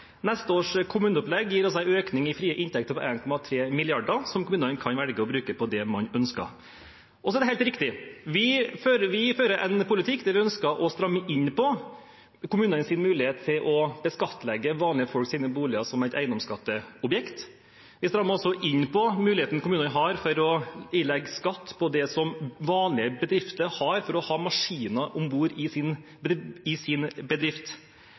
Neste års kommuneopplegg gir en økning i frie inntekter på 1,3 mrd. kr som kommunene kan velge å bruke på det de ønsker. Så er det helt riktig at vi fører en politikk der vi ønsker å stramme inn på kommunenes mulighet til å skattlegge vanlige folks boliger som et eiendomsskatteobjekt. Vi strammer også inn på mulighetene kommunene har for å ilegge skatt på det som vanlige bedrifter har for å ha maskiner i sin bedrift.